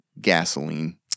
Gasoline